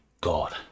god